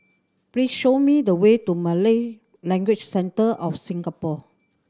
please show me the way to Malay Language Centre of Singapore